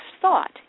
thought